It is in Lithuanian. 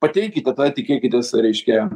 pateikite tada tikėkitės reiškia